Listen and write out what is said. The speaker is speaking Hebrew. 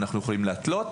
אנחנו יכולים להתלות,